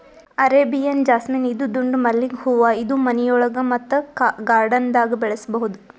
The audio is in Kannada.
ಅರೇಬಿಯನ್ ಜಾಸ್ಮಿನ್ ಇದು ದುಂಡ್ ಮಲ್ಲಿಗ್ ಹೂವಾ ಇದು ಮನಿಯೊಳಗ ಮತ್ತ್ ಗಾರ್ಡನ್ದಾಗ್ ಬೆಳಸಬಹುದ್